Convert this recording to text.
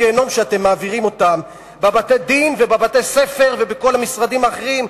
הגיהינום שאתם מעבירים אותם בבתי-הדין ובבתי-הספר ובכל המשרדים האחרים,